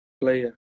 player